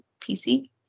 PC